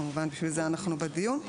כמובן, בשביל זה אנחנו בדיון.